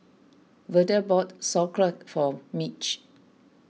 Verda bought Sauerkraut for Mitch